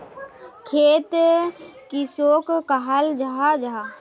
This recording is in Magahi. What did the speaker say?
खेत किसोक कहाल जाहा जाहा?